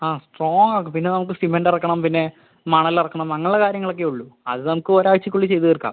ആ സ്ട്രോംഗ് ആക്ക് പിന്നെ നമ്മക്ക് സിമൻറ്റ് ഇറക്കണം പിന്നെ മണൽ ഇറക്കണം അങ്ങനെയുള്ള കാര്യങ്ങളൊക്കെ ഉള്ളൂ അത് നമ്മക്ക് ഒരാഴ്ചയ്ക്ക് ഉള്ളിൽ ചെയ്ത് തീർക്കാം